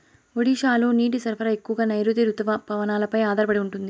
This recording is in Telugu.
ఒడిశాలో నీటి సరఫరా ఎక్కువగా నైరుతి రుతుపవనాలపై ఆధారపడి ఉంటుంది